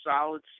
solid